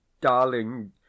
darling